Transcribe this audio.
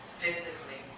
physically